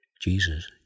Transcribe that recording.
Jesus